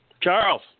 Charles